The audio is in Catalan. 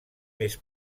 més